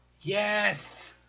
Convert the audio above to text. Yes